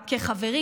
כחברים,